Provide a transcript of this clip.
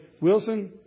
Wilson